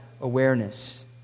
awareness